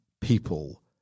people